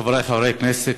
חברי חברי הכנסת,